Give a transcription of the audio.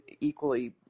equally